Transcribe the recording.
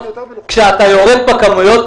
כשאתה יורד בכמויות,